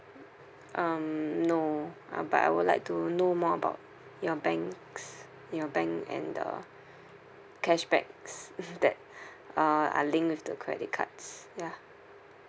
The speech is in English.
um no uh but I would like to know more about your bank s~ your bank and the cashback s~ that uh are linked with the credit cards ya